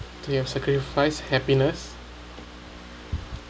do your have sacrificed happiness